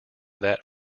that